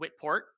Whitport